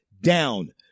down